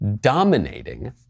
dominating